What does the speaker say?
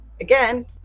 again